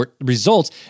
results